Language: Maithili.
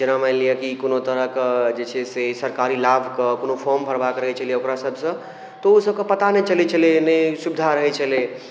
जेना मानि लिऽ कि कोनो तरहके जे छै से सरकारी लाभ के कोनो फॉर्म भरबाक रहै छलैहँ ओकरा सभसँ तऽ ओइ सभकऽ पता नहि चलै छलै ने सुविधा रहै छलै